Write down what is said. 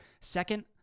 Second